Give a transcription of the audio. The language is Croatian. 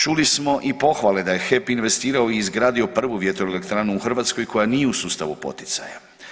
Čuli smo i pohvale da je HEP investirao i izgradio prvu vjetroelektranu u Hrvatskoj koja nije u sustavu poticaja.